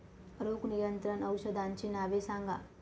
रोग नियंत्रण औषधांची नावे सांगा?